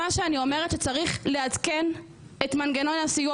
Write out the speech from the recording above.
אני אומרת שצריך לעדכן את מנגנון הסיוע